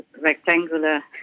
rectangular